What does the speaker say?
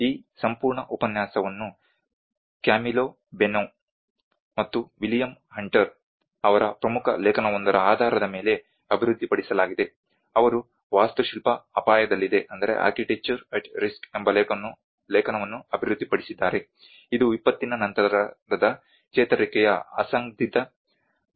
ಈ ಸಂಪೂರ್ಣ ಉಪನ್ಯಾಸವನ್ನು ಕ್ಯಾಮಿಲ್ಲೊ ಬೊನೊ ಮತ್ತು ವಿಲಿಯಂ ಹಂಟರ್ ಅವರ ಪ್ರಮುಖ ಲೇಖನವೊಂದರ ಆಧಾರದ ಮೇಲೆ ಅಭಿವೃದ್ಧಿಪಡಿಸಲಾಗಿದೆ ಅವರು ವಾಸ್ತುಶಿಲ್ಪ ಅಪಾಯದಲ್ಲಿದೆ ಎಂಬ ಲೇಖನವನ್ನು ಅಭಿವೃದ್ಧಿಪಡಿಸಿದ್ದಾರೆ ಇದು ವಿಪತ್ತಿನ ನಂತರದ ಚೇತರಿಕೆಯ ಅಸಂದಿಗ್ಧ ಸ್ವರೂಪವಾಗಿದೆ